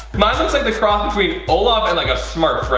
mine looks like a cross between olaf and like a smurf.